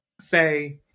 say